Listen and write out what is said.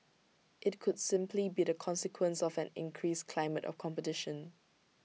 IT could simply be the consequence of an increased climate of competition